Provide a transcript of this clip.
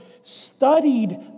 studied